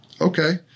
Okay